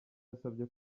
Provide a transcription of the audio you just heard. yasabye